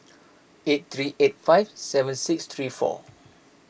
eight three eight five seven six three four